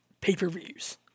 pay-per-views